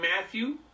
matthew